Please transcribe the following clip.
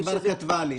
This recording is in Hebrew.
היא כבר כתבה לי.